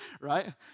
right